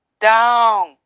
down